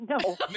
No